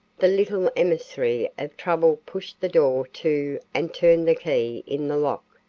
the little emissary of trouble pushed the door to and turned the key in the lock.